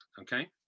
okay